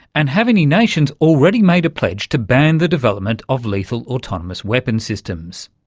and have any nations already made a pledge to ban the development of lethal autonomous weapon systems?